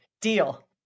deal